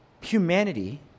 humanity